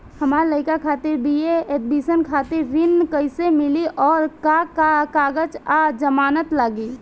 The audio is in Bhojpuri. हमार लइका खातिर बी.ए एडमिशन खातिर ऋण कइसे मिली और का का कागज आ जमानत लागी?